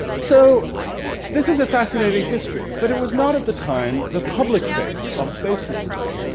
so this is a fascinating history but it was not at the time the public face of spacesuit design.